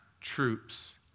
troops